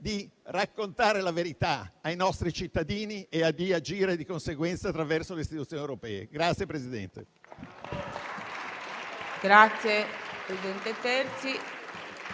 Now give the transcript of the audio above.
di raccontare la verità ai nostri cittadini e agire di conseguenza attraverso le istituzioni europee.